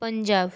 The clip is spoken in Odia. ପଞ୍ଜାବ